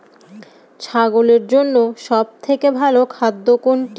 ছাগলের জন্য সব থেকে ভালো খাদ্য কোনটি?